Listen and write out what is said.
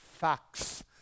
facts